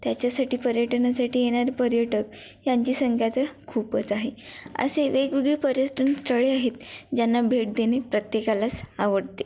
त्याच्यासाठी पर्यटनासाठी येणारे पर्यटक यांची संख्या तर खूपच आहे असे वेगवेगळे पर्यटन स्थळे आहेत ज्यांना भेट देणे प्रत्येकालाच आवडते